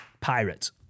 Pirates